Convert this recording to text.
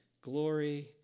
glory